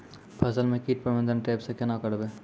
फसल म कीट प्रबंधन ट्रेप से केना करबै?